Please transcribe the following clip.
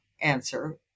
answer